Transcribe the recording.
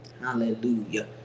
Hallelujah